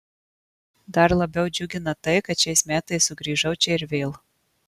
dar labiau džiugina tai kad šiais metais sugrįžau čia ir vėl